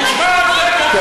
אתה מדבר על צביעות?